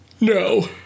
No